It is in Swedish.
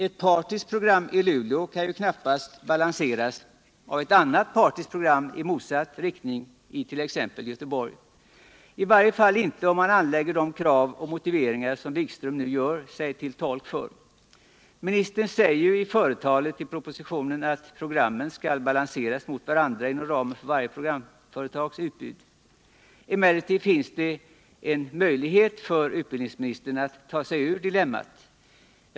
Ett partiskt program i Luleå kan ju knappast balanseras av ett annat partiskt program i motsatt riktning i t.ex. Göteborg — i varje fall inte om man anlägger de krav och motiveringar som Jan-Erik Wikström nu talar om. Ministern säger ju i företalet till propositionen att ”programmen skall balanseras mot varandra inom ramen för varje programföretags utbud”. Emellertid finns det en möjlighet för utbildningsministern att ta sig ur dilemmat.